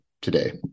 today